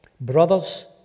Brothers